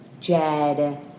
Jed